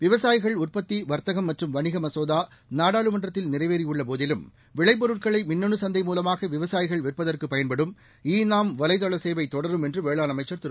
விவசாயிகள் உற்பத்தி வர்த்தகம் மற்றும் வணிகம் மசோதா நாடாளுமன்றத்தில் நிறைவேறியுள்ள போதிலும் விளைபொருட்களை மின்னனு சந்தை மூலமாக விவசாயிகள் விற்பதற்கு பயன்படும் இ நாம் வலைதள சேவை தொடரும் என்று வேளாண் அமைச்சர் திரு